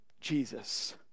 Jesus